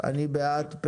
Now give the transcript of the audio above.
אני בעד.